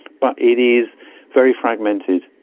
but it is very fragmented,